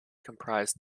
comprise